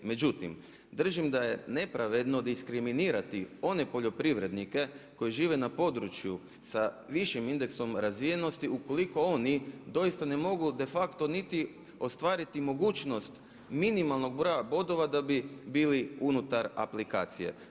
Međutim, držim da je nepravedno diskriminirati one poljoprivrednike koji žive na području sa višim indeksom razvijenosti ukoliko oni doista ne mogu de facto niti ostvariti mogućnost minimalnog broja bodova da bi bili unutar aplikacije.